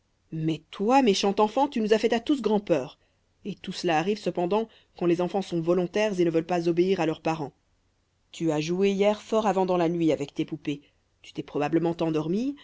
mais toi méchante enfant tu nous as fait à tous grand'peur et tout cela arrive cependant quand les enfants sont volontaires et ne veulent pas obéir à leurs parents tu as joué hier fort avant dans la nuit avec tes poupées tu t'es probablement endormie